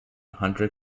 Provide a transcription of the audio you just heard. hunter